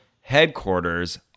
headquarters